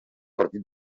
partit